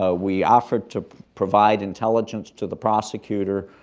ah we offered to provide intelligence to the prosecutor.